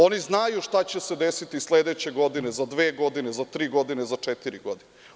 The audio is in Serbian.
Oni znaju šta će se desiti sledeće godine, za dve godine, za tri godine, za četiri godine.